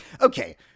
Okay